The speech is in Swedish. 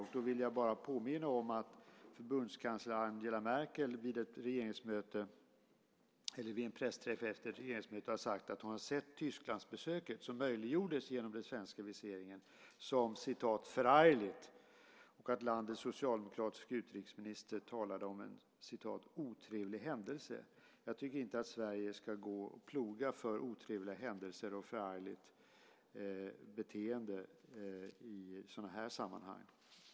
Jag vill bara påminna om att förbundskansler Angela Merkel vid en pressträff efter ett regeringsmöte har sagt att hon har sett Tysklandsbesöket, som möjliggjordes genom den svenska viseringen, som förargligt och landets socialdemokratiska utrikesminister talade om en otrevlig händelse. Jag tycker inte att Sverige ska ploga för otrevliga händelser och förargligt beteende i sådana här sammanhang.